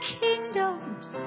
kingdoms